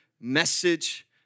message